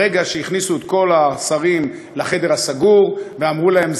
ברגע שהכניסו את כל השרים לחדר הסגור ואמרו להם: